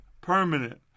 permanent